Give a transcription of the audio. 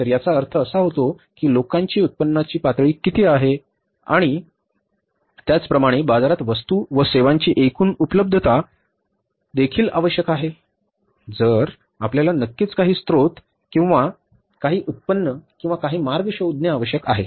तर याचा अर्थ असा होतो की लोकांची उत्पन्नाची पातळी किती आहे आणि त्याचप्रमाणे बाजारात वस्तू व सेवांची एकूण उपलब्धता देखील आवश्यक आहे जर आपल्याला नक्कीच काही स्त्रोत किंवा काही उत्पन्न किंवा काही मार्ग शोधणे आवश्यक आहे